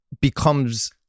becomes